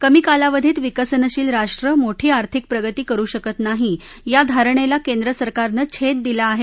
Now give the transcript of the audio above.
कमी कालावधीत विकसनशील राष्ट्र मोठी आर्थिक प्रगती करु शकत नाही या धारणत्ती केंद्र सरकारनं छद्ददिला आहा